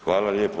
Hvala lijepo.